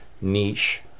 niche